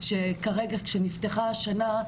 שכרגע כשנפתחה השנה,